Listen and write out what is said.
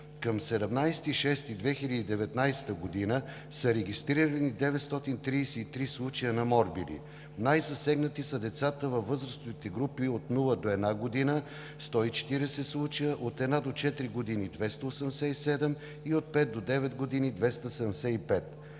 Към 17 юни 2019 г. са регистрирани 933 случая на морбили. Най-засегнати са децата във възрастовите групи: от 0 до 1 година – 140 случая; от 1 до 4 години – 287, и от 5 до 9 години – 275.